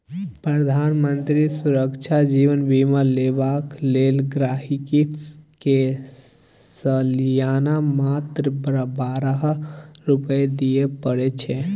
प्रधानमंत्री सुरक्षा जीबन बीमा लेबाक लेल गांहिकी के सलियाना मात्र बारह रुपा दियै परै छै